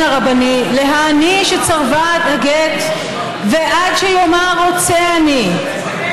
הרבני להעניש את סרבן הגט עד שיאמר: רוצה אני.